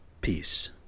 Peace